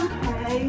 Okay